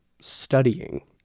studying